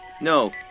No